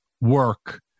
work